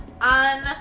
on